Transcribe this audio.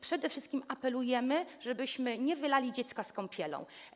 Przede wszystkim apelujemy, żebyśmy nie wylali dziecka z kąpielą.